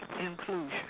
inclusion